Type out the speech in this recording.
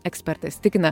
ekspertas tikina